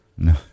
no